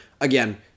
Again